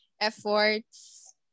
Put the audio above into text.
efforts